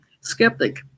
skeptic